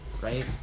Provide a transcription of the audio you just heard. Right